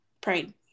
prayed